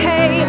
Hey